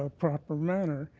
ah proper manner,